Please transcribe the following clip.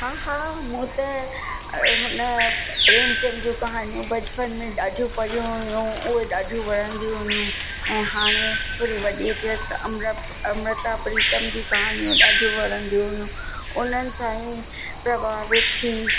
हा हा मूं त हुन प्रेमचंद जूं कहानियूं बचपन में ॾाढियूं पढ़ियूं हुयूं उहे ॾाढियूं वणंदियूं हुयूं ऐं हाणे थोरी वॾी थियसि त अमरा अमृता प्रीतम जी कहाणियूं ॾाढियूं वणंदियूं हुयूं उन्हनि सां ई प्रभावित थी